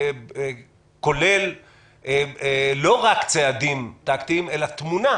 כולל לא רק צעדים טקטיים אלא תמונה,